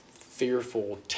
fearful